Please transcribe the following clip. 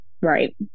right